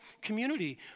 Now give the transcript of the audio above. community